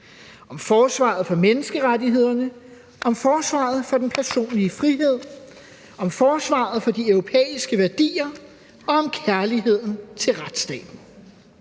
om forsvaret for menneskerettighederne, om forsvaret for den personlige frihed, om forsvaret for de europæiske værdier og om kærligheden til retsstaten.